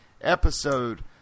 episode